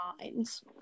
minds